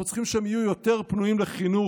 אנחנו צריכים שהם יהיו יותר פנויים לחינוך,